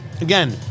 Again